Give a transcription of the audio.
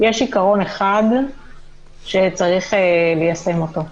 יש עיקרון אחד שצריך ליישם אותו.